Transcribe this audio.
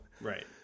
Right